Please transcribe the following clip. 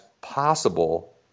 possible